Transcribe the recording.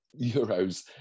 euros